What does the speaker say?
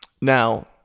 Now